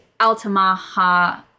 Altamaha